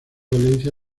valencia